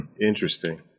interesting